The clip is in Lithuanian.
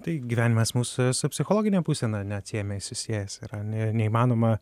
taip gyvenimas mūsų su psichologine būsena neatsiejamai susijęs yra ir neįmanoma